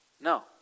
No